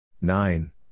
Nine